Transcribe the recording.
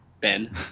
Ben